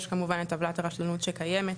יש כמובן את טבלת הרשלנות שקיימת,